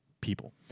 people